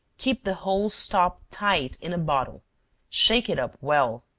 keep the whole stopped tight in a bottle shake it up well.